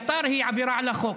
אביתר היא עבירה על החוק.